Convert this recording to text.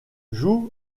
joue